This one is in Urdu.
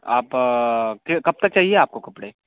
آپ پھر کب تک چاہیے آپ کو کپڑے